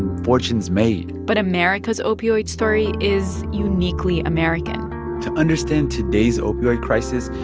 fortunes made but america's opioid story is uniquely american to understand today's opioid crisis,